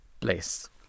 place